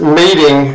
meeting